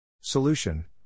Solution